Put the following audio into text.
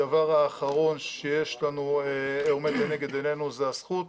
הדבר האחרון שיש לנו עומד לנגד עינינו זה הזכות,